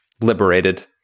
Liberated